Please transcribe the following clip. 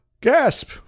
Gasp